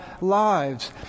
lives